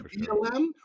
BLM